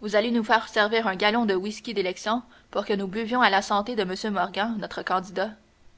vous allez nous faire servir un gallon de whisky d'élection pour que nous buvions à la santé de monsieur morgan notre candidat